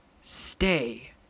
Stay